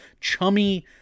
chummy